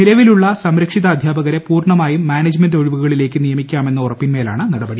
നിലവിലുള്ള സംരക്ഷിതാദ്ധ്യാപകരെ പൂർണ്ണമായും മാനേജ്മെന്റ് ഒഴിവുകളിലേയ്ക്ക് നിയമിക്കാമെന്ന ഉറപ്പിമേലാണ് നടപടി